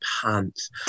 pants